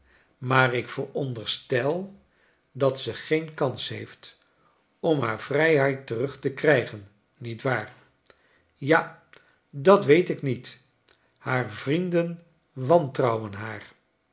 maar ik veronderstel dat ze geen kans heeft om haar vrijheid terug te krygen niet waar ja dat weet ik niet haar vrienden wantrouwen haar